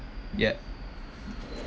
yep